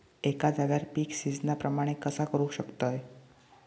एका जाग्यार पीक सिजना प्रमाणे कसा करुक शकतय?